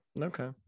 Okay